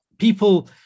people